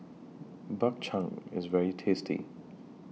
Bak Chang IS very tasty